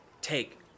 take